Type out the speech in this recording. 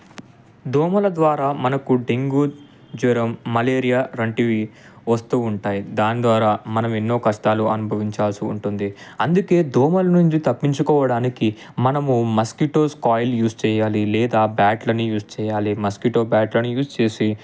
దోమల ద్వారా మనకు డెంగూ జ్వరం మలేరియా వంటివి వస్తూ ఉంటాయి దాని ద్వారా మనం ఎన్నో కష్టాలు అనుభవించాల్సి ఉంటుంది అందుకే దోమలు నుంచి తప్పించుకోడానికి మనము మస్కిటోస్ కాయిల్ యూజ్ చేయాలి లేదా బ్యాట్లని యూజ్ చేయాలి మస్కిటో బ్యాట్లని యూజ్ చేసి